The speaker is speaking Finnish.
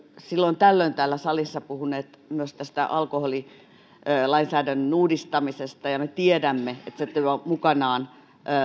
silloin tällöin täällä salissa puhuneet myös alkoholilainsäädännön uudistamisesta ja me tiedämme että se tuo mukanaan